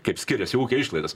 kaip skiriasi ūkio išlaidos